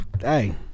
hey